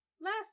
Last